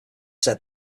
said